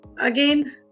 Again